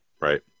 Right